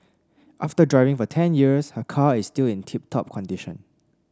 after driving for ten years her car is still in tip top condition